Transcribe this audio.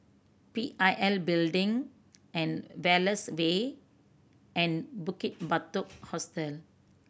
P I L Building and Wallace Way and Bukit Batok Hostel